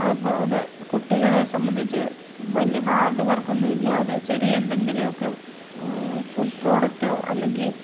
അത് അപ്പോൾ അത് കുട്ടികളെ സംബന്ധിച്ച് വലിയ ഹാർഡ് വർക്കൊന്നുമില്ലാതെ ചെറിയ എന്തെങ്കിലുമൊക്കെ ഫുഡ് പ്രോഡക്ടോ അല്ലെങ്കിൽ